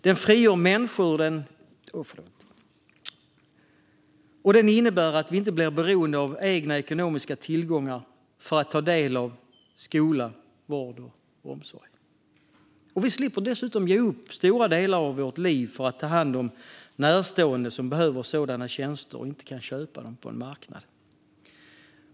Den frigör människor, och den innebär att vi inte blir beroende av egna ekonomiska tillgångar för att ta del av skola, vård och omsorg. Vi slipper dessutom ge upp stora delar av vårt liv för att ta hand om närstående som behöver sådana tjänster och inte kan köpa dem på en marknad.